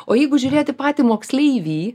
o jeigu žiūrėti patį moksleivį